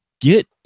get